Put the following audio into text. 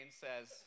says